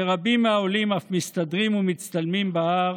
ורבים מהעולים אף מסתדרים ומצטלמים בהר